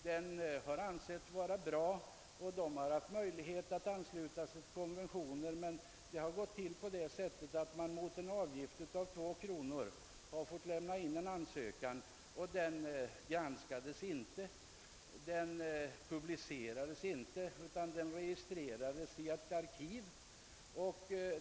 Den har ansetts vara bra, och man har haft möjlighet att ansluta sig till konventioner. Mot en avgift av 2 kr. kunde en producent lämna in en ansökan, som inte nyhetsgranskades. Den publicerades inte utan registrerades i ett arkiv.